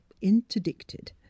interdicted